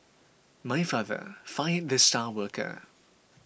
my father fired the star worker